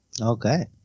okay